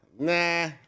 Nah